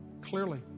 Clearly